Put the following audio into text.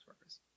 workers